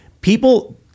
people